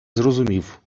зрозумів